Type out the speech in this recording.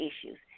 issues